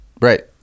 right